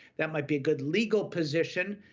that might be a good legal position,